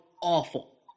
awful